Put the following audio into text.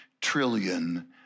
trillion